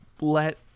let